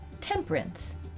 Temperance